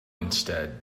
instead